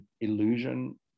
illusion